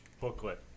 booklet